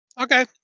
Okay